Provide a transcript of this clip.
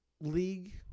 league